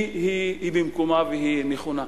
היא במקומה והיא נכונה.